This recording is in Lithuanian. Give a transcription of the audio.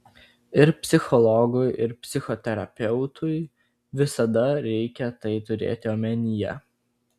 ir psichologui ir psichoterapeutui visada reikia tai turėti omenyje